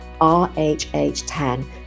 RHH10